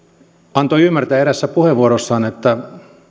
antoi ymmärtää eräässä puheenvuorossaan että